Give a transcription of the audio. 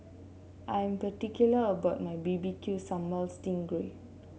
I'm particular about my B B Q sambal sting